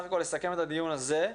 את התקנות האלה,